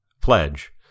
pledge